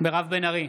מירב בן ארי,